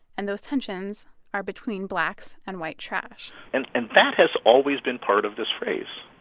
and those tensions are between blacks and white trash and and that has always been part of this phrase.